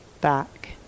back